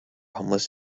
homeless